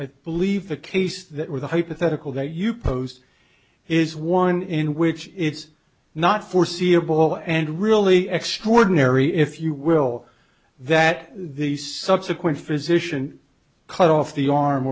i believe the case that with the hypothetical that you posed is one in which it's not foreseeable and really extraordinary if you will that the subsequent physician cut off the arm